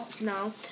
No